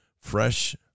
fresh